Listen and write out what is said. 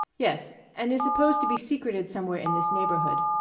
yes and is supposed to be secreted somewhere in this neighborhood.